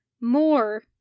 more